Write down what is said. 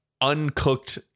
uncooked